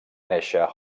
néixer